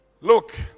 Look